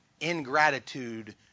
ingratitude